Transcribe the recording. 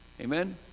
Amen